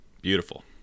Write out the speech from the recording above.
Beautiful